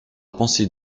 penser